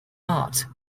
art